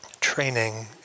training